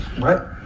Right